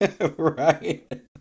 right